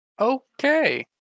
Okay